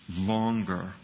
longer